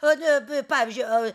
pada pavyzdžiuia